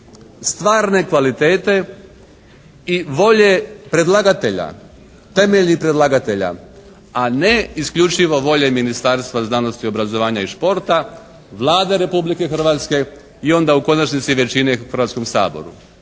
stvarne kvalitete i volje predlagatelje, temelji predlagatelja, a ne isključivo volje Ministarstva znanosti, obrazovanja i športa, Vlade Republike Hrvatske i onda u konačnici većine u Hrvatskom saboru.